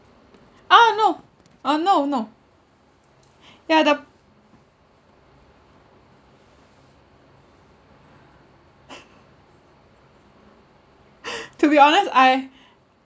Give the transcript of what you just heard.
uh no uh no no ya the to be honest I